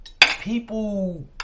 People